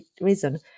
reason